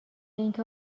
اینکه